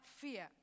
fear